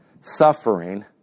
suffering